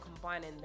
combining